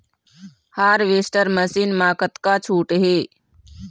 Harvester machine मा कतका छूट हे?